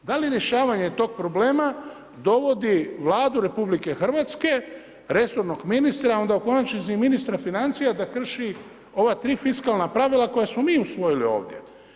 Da li rješavanje tog problema dovodi Vladu RH, resornog ministra, onda u konačnici i ministra financija da krši ova tri fiskalna pravila koja smo mi usvojili ovdje.